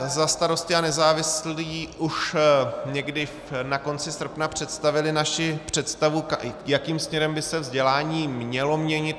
Za Starosty a nezávislé jsme už někdy na konci srpna představili svoji představu, jakým směrem by se vzdělání mělo měnit.